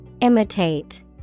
Imitate